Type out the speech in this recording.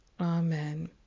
Amen